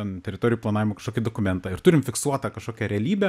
ten teritorijų planavimo kažkokį dokumentą ir turim fiksuotą kažkokią realybę